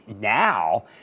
now